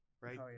right